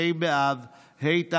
ה' באב התשפ"ב,